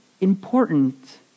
important